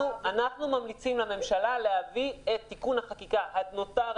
אנחנו ממליצים לממשלה להביא את תיקון החקיקה הנותר,